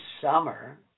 summer